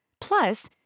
Plus